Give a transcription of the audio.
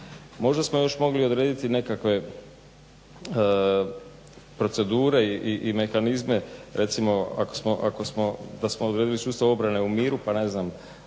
Možda smo još mogli odrediti nekakve procedure i mehanizme recimo ako smo, da smo odredili sustav obrane u miru, pa ne znam